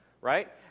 right